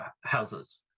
houses